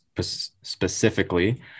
specifically